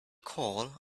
call